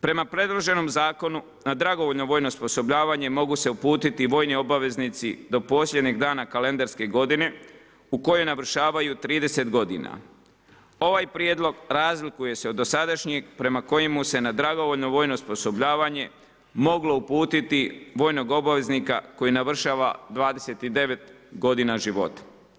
Prema predloženom zakonu na dragovoljno vojno osposobljavanje, mogu se uputiti vojni obavezanici do posljednjeg dana kalendarske godine u kojoj navršavaju 30 g. Ovaj prijedlog razlikuje se od dosadašnjeg, prema kojemu se na dragovoljno vojno osposobljavanje, moglo uputiti vojnog obavezanika, koji navršava 29 g. života.